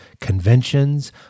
conventions